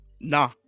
Nah